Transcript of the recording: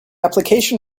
application